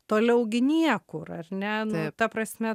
toliau gi niekur ar ne nu ta prasme